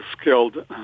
skilled